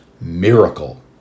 miracle